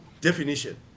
definition